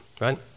right